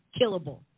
killable